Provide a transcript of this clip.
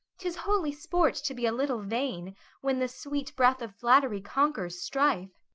tis holy sport to be a little vain when the sweet breath of flattery conquers strife.